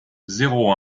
zéro